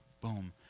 boom